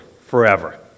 forever